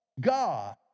God